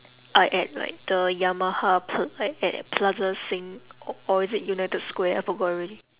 ah at like the yamaha pl~ like at plaza sing o~ or is it united square I forgot already